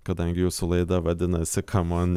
kadangi jūsų laida vadinasi kamon